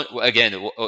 again